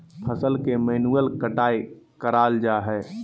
फसल के मैन्युअल कटाय कराल जा हइ